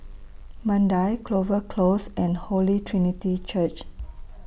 Mandai Clover Close and Holy Trinity Church